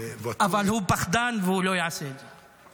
אבל הוא פחדן והוא לא יעשה את זה,